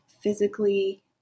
physically